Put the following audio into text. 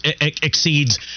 exceeds